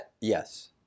yes